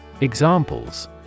Examples